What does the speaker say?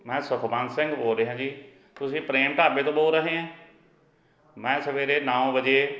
ਮੈਂ ਸੁਖਵੰਤ ਸਿੰਘ ਬੋਲ ਰਿਹਾ ਜੀ ਤੁਸੀਂ ਪ੍ਰੇਮ ਢਾਬੇ ਤੋਂ ਬੋਲ ਰਹੇ ਹੈ ਮੈਂ ਸਵੇਰੇ ਨੌ ਵਜੇ